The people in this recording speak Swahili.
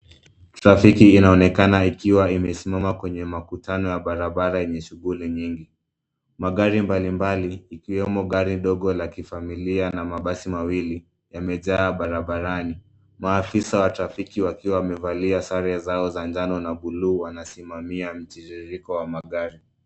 Trafiki inaonekana ikiwa imesimama kwenye makutano ya barabara yenye shughuli nyingi . Magari mbalimbali, ikiwemo gari ndogo la kifamilia na mabasi mawili, yamejaa barabarani . Maafisa wa trafiki wakiwa wamevalia sare zao za njano na buluu wanasimamia mtiririko wa magari.